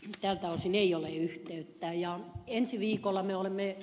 tältä osin ei ole yhteyttä ja ensi viikolla me olemme jo